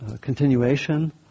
continuation